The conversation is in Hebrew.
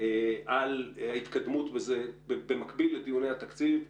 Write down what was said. על ההתקדמות בזה, במקביל לדיוני התקציב.